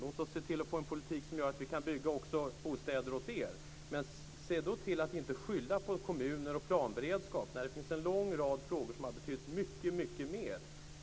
Låt oss se till att få en politik som gör att vi kan bygga bostäder också åt er. Se då till att inte skylla på kommuner och planberedskap när det finns en lång rad frågor som har betytt mycket, mycket mer.